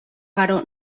però